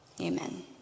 amen